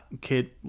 kid